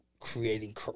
Creating